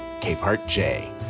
CapehartJ